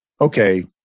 okay